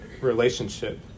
relationship